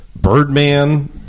Birdman